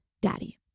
daddy